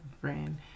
friend